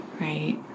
right